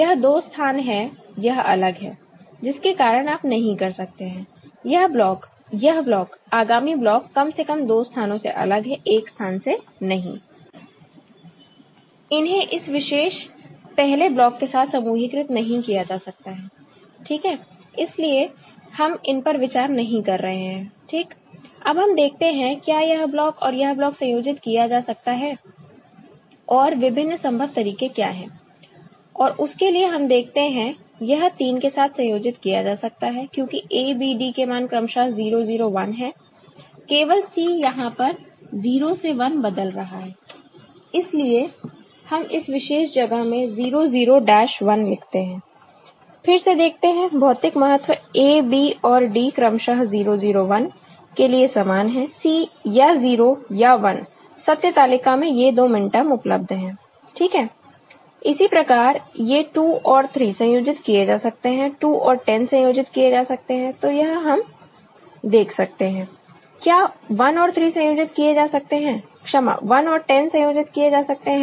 यह दो स्थान है यह अलग है जिसके कारण आप नहीं कर सकते हैं यह ब्लॉक यह ब्लॉक आगामी ब्लॉक कम से कम दो स्थानों से अलग है एक स्थान से नहीं इन्हें इस विशेष पहले ब्लॉक के साथ समूहीकृत नहीं किया जा सकता है ठीक है इसलिए हम इन पर विचार नहीं कर रहे हैं ठीक अब हम देखते हैं क्या यह ब्लॉक और यह ब्लॉक संयोजितकिया जा सकता है और विभिन्न संभव तरीके क्या है और उसके लिए हम देखते हैं यह 3 के साथ संयोजित किया जा सकता है क्योंकि A B D के मान क्रमशः 0 0 1 हैं केवल C यहां पर 0 से 1 बदल रहा है इसलिए हम इस विशेष जगह में 0 0 डैश 1 लिखते हैं फिर से देखते हैं भौतिक महत्व A B और D क्रमशः 0 0 1 के लिए समान है C या 0 या 1 सत्य तालिका में ये दो मिनटर्म उपलब्ध हैं ठीक है इसी प्रकार ये 2 और 3 संयोजित किए जा सकते हैं 2 और 10 संयोजित किए जा सकते हैं तो यह हम देख सकते हैं क्या 1 और 3 संयोजित किए जा सकते हैं क्षमा 1 और 10 संयोजित किए जा सकते हैं